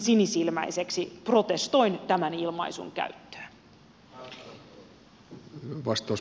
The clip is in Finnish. protestoin tämän ilmaisun käyttöä